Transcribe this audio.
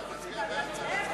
ההצעה להסיר מסדר-היום את הצעת